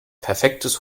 perfektes